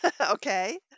okay